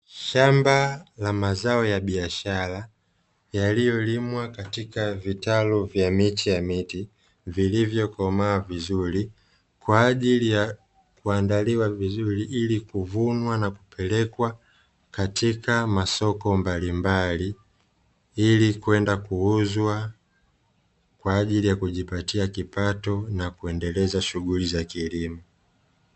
Shamba la mazao ya biashara yaliyolimwa katika vitalu vya miche ya miti vilivyokomaa vizuri, kwa ajili ya kuandaliwa vizuri ili kuvunwa na kupelekwa katika masoko mbalimbali ili kwenda kuuzwa, kwa ajili ya kujipatia kipato na kundeleza shughuli za kilimo.